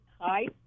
Hi